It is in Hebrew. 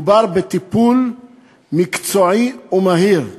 מדובר בטיפול מקצועי ומהיר,